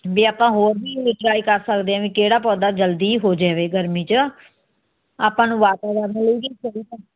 ਬਈ ਆਪਾਂ ਹੋਰ ਵੀ ਟਰਾਈ ਕਰ ਸਕਦੇ ਹਾਂ ਬਈ ਕਿਹੜਾ ਪੌਦਾ ਜਲਦੀ ਹੋ ਜਾਵੇ ਗਰਮੀ 'ਚ ਆਪਾਂ ਨੂੰ ਵਾਤਾਵਰਨ ਲਈ ਵੀ ਸਹੀ